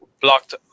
blocked